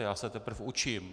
Já se teprve učím.